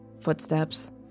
footsteps